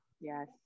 Yes